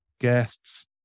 guests